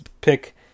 pick